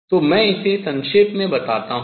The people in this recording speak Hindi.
तो मैं इसे संक्षेप में बताता हूँ